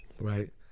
right